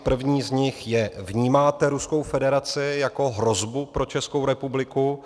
První z nich je: Vnímáte Ruskou federaci jako hrozbu pro Českou republiku?